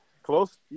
Close